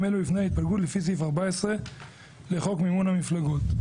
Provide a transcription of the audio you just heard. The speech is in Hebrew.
אלו לפני ההתפלגות לפי סעיף 14 לחוק מימון המפלגות.